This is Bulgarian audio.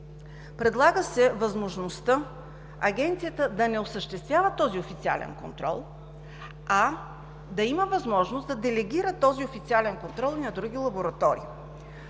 Предлага се възможността Агенцията да не осъществява този официален контрол, а да има възможност да го делегира на други лаборатории.